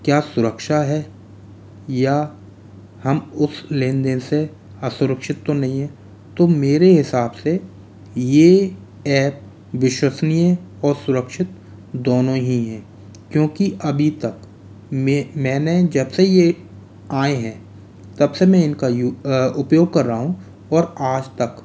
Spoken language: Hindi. क्या सुरक्षा है या हम उस लेन देन से असुरक्षित तो नहीं है तो मेरे हिसाब से ये एप विश्वसनीय और सुरक्षित दोनों ही हैं क्योंकि अभी तक मैंने जब से ये आए हैं तब से मैं इनका यूं उपयोग कर रहा हूँ और आज तक